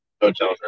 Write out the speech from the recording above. Hotel